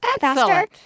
Faster